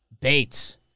Bates